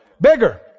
Bigger